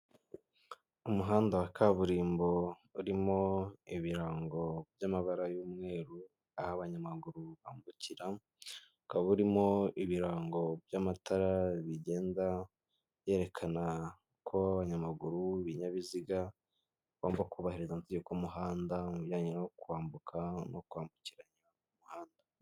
Umuhanda wa kaburimbo urimo ibirango by'amabara y'umweru aho abanyamaguru bambukira hakabarimo ibirango by'amatara bigenda byerekana ko abanyamaguru b'ibinyabiziga bagomba kubahiriza amategeko umuhanda mu bijyanye no kwambuka no kwambukiranya umuhanda.